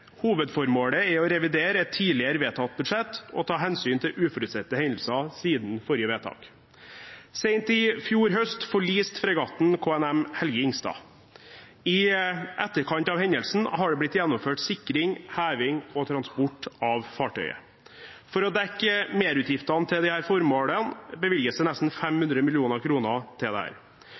hovedformålet er å revidere et tidligere vedtatt budsjett og ta hensyn til uforutsette hendelser siden forrige vedtak. Sent i fjor høst forliste fregatten KNM «Helge Ingstad». I etterkant av hendelsen har det blitt gjennomført sikring, heving og transport av fartøyet. For å dekke merutgiftene til disse formålene bevilges det nesten 500 mill. kr til dette. Det